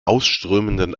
ausströmenden